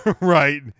Right